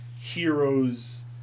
heroes